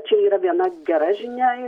čia yra viena gera žinia